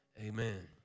Amen